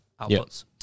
outputs